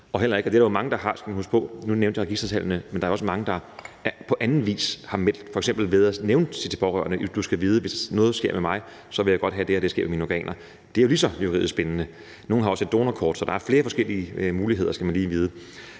og hvis vedkommende ikke er registreret i et register? Nu nævnte jeg registertallene. Der er også mange, der på anden vis har meldt det, f.eks. ved at nævne det til de pårørende, nemlig at du skal vide, at hvis noget sker med mig, så vil jeg godt have, at det og det sker med mine organer. Det er jo lige så juridisk bindende. Nogle har også et donorkort. Så der er flere forskellige muligheder, skal man lige vide.